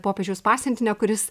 popiežiaus pasiuntinio kuris